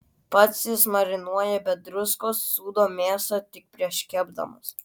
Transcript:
pats jis marinuoja be druskos sūdo mėsą tik prieš kepdamas